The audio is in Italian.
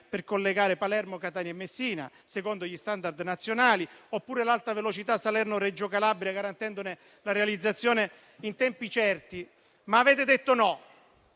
per collegare Palermo, Catania e Messina secondo gli *standard* nazionali oppure sull'alta velocità Salerno-Reggio Calabria, garantendone la realizzazione in tempi certi. Avete però detto no.